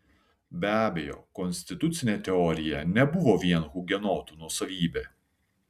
be abejo konstitucinė teorija nebuvo vien hugenotų nuosavybė